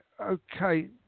okay